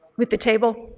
with the table?